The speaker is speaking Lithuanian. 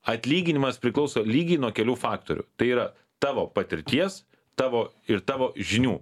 atlyginimas priklauso lygiai nuo kelių faktorių tai yra tavo patirties tavo ir tavo žinių